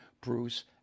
Bruce